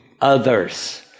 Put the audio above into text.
others